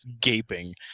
gaping